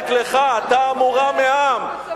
רק לך, אתה המורם מעם.